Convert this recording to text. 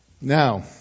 now